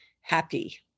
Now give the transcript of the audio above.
happy